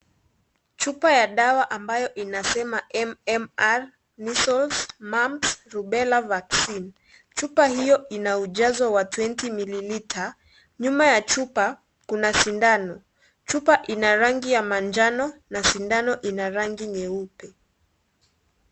Chupa ya dawa ambayo inasema MMR measles, mumps, rubella vaccine . Chupa hiyo ina ujazo wa 20 mililita. Nyuma ya chupa, kuna sindano. Chupa ina rangi ya manjano na sindano ina rangi nyeupe.